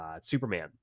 superman